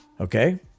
Okay